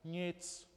Nic.